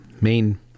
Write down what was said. main